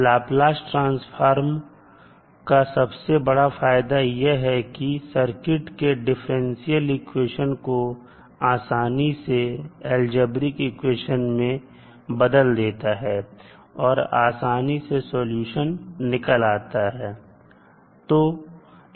Laplace transformer का सबसे बड़ा फायदा यह है कि सर्किट के डिफरेंशियल इक्वेशन को आसानी से अलजेब्रिक इक्वेशन में बदल देता है और आसानी से सलूशन निकल आता है